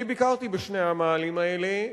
אני ביקרתי בשני המאהלים האלה,